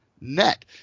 net